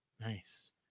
nice